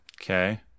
Okay